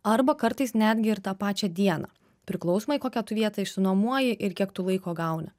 arba kartais netgi ir tą pačią dieną priklausomai kokią tu vietą išsinuomoji ir kiek tu laiko gauni